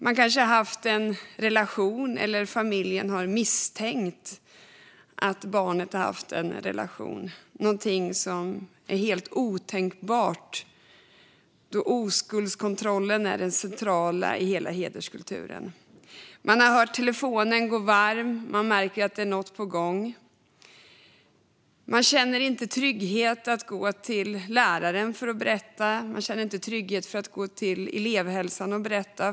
Barnet kanske har haft en relation eller så misstänker familjen att barnet har haft en relation - något som är helt otänkbart då oskuldskontrollen är central i hederskulturen. Man har hört telefonen gå varm och har märkt att något är på gång. Man känner sig inte trygg med att gå till läraren eller elevhälsan och berätta.